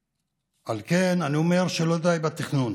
על כן, אני אומר שלא די בתכנון.